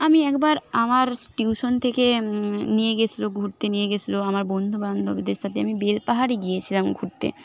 আমি একবার আমার টিউশন থেকে নিয়ে গেছিলো ঘুরতে নিয়ে গেছিলো আমার বন্ধুবান্ধবদের সাথে আমি বেলপাহাড়ি গিয়েছিলাম ঘুরতে